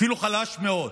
אפילו חלש מאוד,